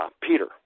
Peter